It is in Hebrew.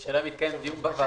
השאלה אם יתקיים דיון בוועדה.